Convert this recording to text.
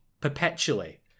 perpetually